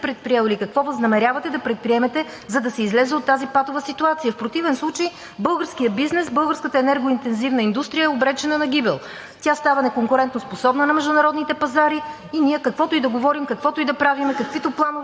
предприемете, за да се излезе от тази патова ситуация? В противен случай българският бизнес, българската енергоинтензивна индустрия е обречена на гибел. Тя става неконкурентоспособна на международните пазари и ние каквото и да говорим, каквото и да правим, каквито и планове